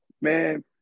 Man